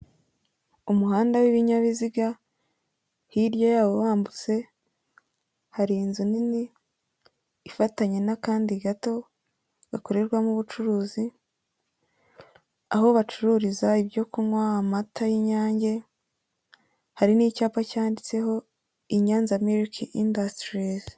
Umuhanda w'ibinyabiziga hirya yawo wambutse hari inzu nini ifatanye n'akandi gato gakorerwamo ubucuruzi aho bacururiza ibyo kunywa, amata y'Inyange, hari n'icyapa cyanditseho Inyaza milk Industries.